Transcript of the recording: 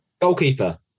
Goalkeeper